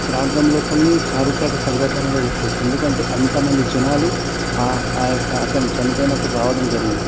ప్రాంతంలోపలనే చారిత్రక సంఘటనగా చెప్పుకోవచ్చు ఎందుకంటే అంత మంది జనాలు ఆ యొక్క అతను చనిపోయినప్పుడు రావడం జరిగింది